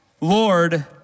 Lord